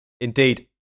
Indeed